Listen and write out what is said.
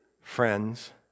friends